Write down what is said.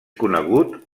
conegut